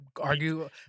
argue